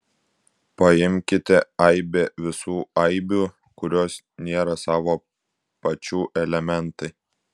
paimkite aibę visų aibių kurios nėra savo pačių elementai